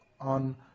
on